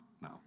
No